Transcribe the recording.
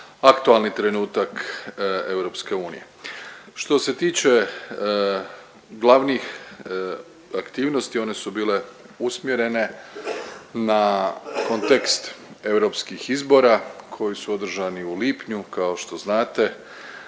aktualni trenutak EU. Što se tiče glavnih aktivnosti one su bile usmjerene na kontekst europskih izbora koji su održani u lipnju kao što znate